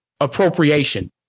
appropriation